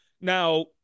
Now